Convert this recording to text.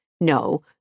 No